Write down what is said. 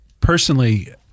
personally